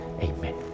Amen